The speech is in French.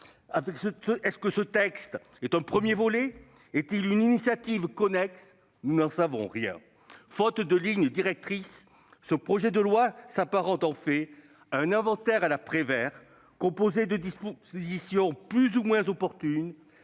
texte en constitue-t-il un premier volet ou s'agit-il d'une initiative connexe ? Nous n'en savons rien. Faute de ligne directrice, ce projet de loi s'apparente à un inventaire à la Prévert. Il est composé de dispositions plus ou moins opportunes,